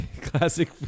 Classic